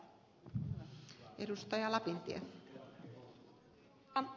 arvoisa rouva puhemies